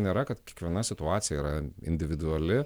nėra kad kiekviena situacija yra individuali